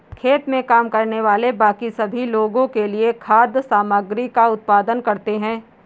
खेत में काम करने वाले बाकी सभी लोगों के लिए खाद्य सामग्री का उत्पादन करते हैं